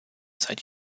seit